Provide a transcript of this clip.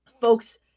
folks